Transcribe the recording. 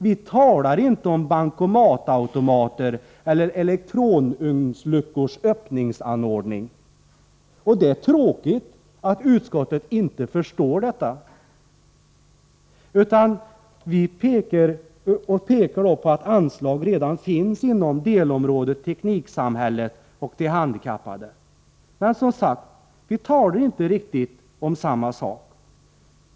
Vi talar inte om bankomater eller elektronugnsluckors öppningsanordning. Det är tråkigt att utskottet inte förstår detta utan pekar på att anslag redan finns inom delområdet Tekniksamhället och de handikappade. Men, som sagt, vi talar inte om riktigt samma sak.